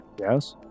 yes